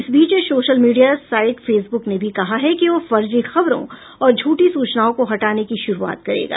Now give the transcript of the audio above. इस बीच social media site Facebook ने भी कहा है कि वह फर्जी खबरों और झूठी सूचनाओं को हटाने की शुरूआत करेगा